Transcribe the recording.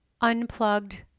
unplugged